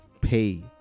pay